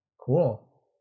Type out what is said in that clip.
Cool